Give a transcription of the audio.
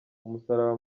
umusaraba